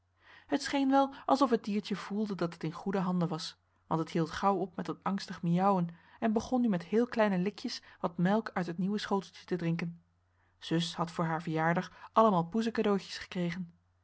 het scheen wel alsof het diertje voelde dat het in goede handen was want t hield gauw op met dat angstig miauwen en begon nu met heel kleine likjes wat melk uit het nieuwe schoteltje te drinken zus had voor haar verjaardag allemaal poesencadeautjes gekregen